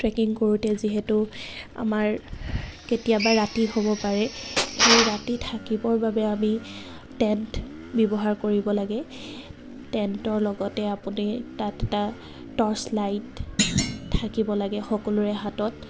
trekking কৰোঁতে যিহেতু আমাৰ কেতিয়াবা ৰাতি হ'ব পাৰে সেই ৰাতি থাকিবৰ বাবে আমি টেণ্ট ব্যৱহাৰ কৰিব লাগে টেণ্টৰ লগতে আপুনি তাত এটা টৰ্চ লাইট থাকিব লাগে সকলোৰে হাতত